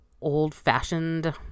old-fashioned